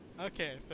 Okay